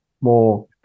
More